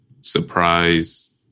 surprise